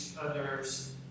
others